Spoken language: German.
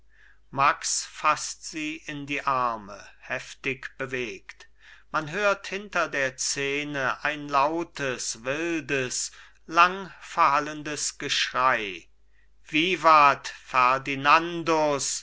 max faßt sie in die arme heftig bewegt man hört hinter der szene ein lautes wildes langverhallendes geschrei vivat